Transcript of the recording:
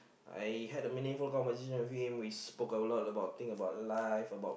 I had a meaningful conversation with him we spoke a lot about thing about life about